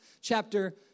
chapter